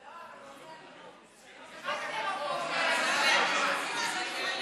מה זה דמגוגיה.